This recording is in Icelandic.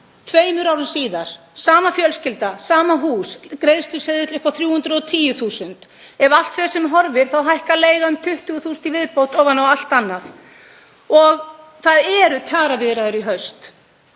Tveimur árum síðar, sama fjölskylda, sama hús: greiðsluseðill upp á 310.000 kr. Ef fram fer sem horfir þá hækkar leigan um 20.000 kr. í viðbót ofan á allt annað. Það eru kjaraviðræður í haust.